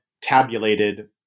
tabulated